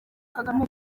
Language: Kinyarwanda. kagame